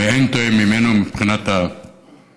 ואין תואם ממנו מבחינת ההשקפה.